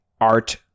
art